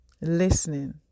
listening